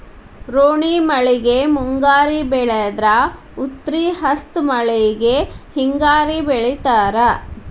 ರೋಣಿ ಮಳೆಗೆ ಮುಂಗಾರಿ ಬೆಳದ್ರ ಉತ್ರಿ ಹಸ್ತ್ ಮಳಿಗೆ ಹಿಂಗಾರಿ ಬೆಳಿತಾರ